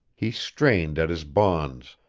he strained at his bonds,